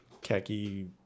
khaki